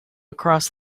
across